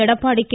Edappadi K